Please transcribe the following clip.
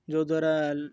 ଯେଉଁ ଦ୍ୱାରା